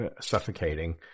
suffocating